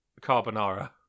carbonara